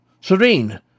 Serene